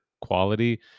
quality